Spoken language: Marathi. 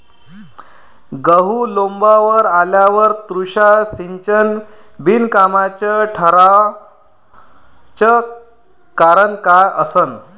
गहू लोम्बावर आल्यावर तुषार सिंचन बिनकामाचं ठराचं कारन का असन?